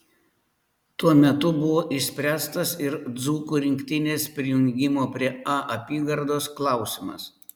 tuo metu buvo išspręstas ir dzūkų rinktinės prijungimo prie a apygardos klausimas